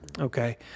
Okay